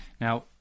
Now